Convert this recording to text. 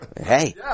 Hey